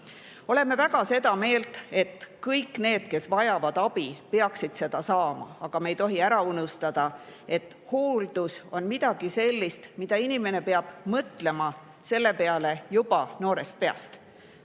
väga seda meelt, et kõik need, kes vajavad abi, peaksid seda saama, aga me ei tohi ära unustada, et hooldus on midagi sellist, mille peale inimene peab mõtlema juba noorest peast.